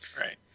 Right